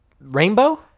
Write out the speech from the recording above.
rainbow